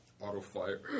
auto-fire